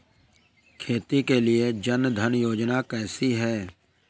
खेती के लिए जन धन योजना कैसी है?